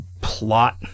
plot